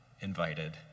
invited